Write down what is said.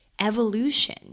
evolution